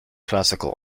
classical